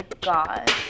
god